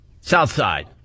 Southside